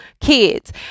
kids